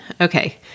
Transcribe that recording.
Okay